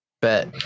bet